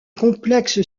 complexe